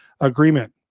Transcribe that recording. agreement